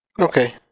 Okay